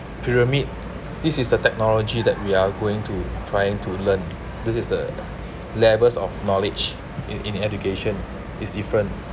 pyramid this is the technology that we are going to trying to learn this is the levels of knowledge in in education is different